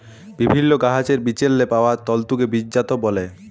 বিভিল্ল্য গাহাচের বিচেল্লে পাউয়া তল্তুকে বীজজাত ব্যলে